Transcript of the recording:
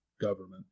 government